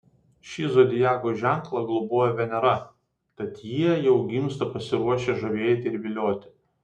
šį zodiako ženklą globoja venera tad jie jau gimsta pasiruošę žavėti ir vilioti